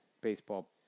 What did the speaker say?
baseball